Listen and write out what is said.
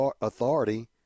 authority